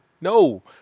No